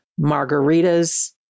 margaritas